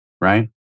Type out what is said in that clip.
right